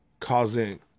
Causing